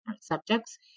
subjects